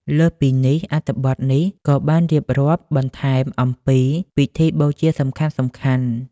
លើសពីនេះ អត្ថបទនេះក៏បានរៀបរាប់បន្ថែមអំពី ពិធីបូជាសំខាន់ៗ។